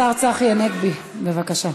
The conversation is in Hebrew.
השר צחי הנגבי, בבקשה.